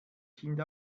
kind